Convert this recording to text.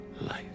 life